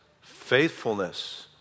faithfulness